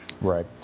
Right